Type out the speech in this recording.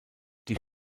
die